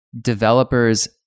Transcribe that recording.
developers